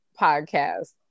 podcast